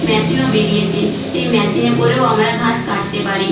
মেশিনও বেরিয়েছে সেই মেশিনে করেও আমরা ঘাস কাটতে পারি